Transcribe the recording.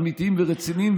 אמיתיים ורציניים.